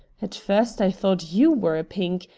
at first i thought you were a pink,